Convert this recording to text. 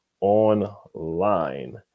Online